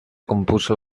compuso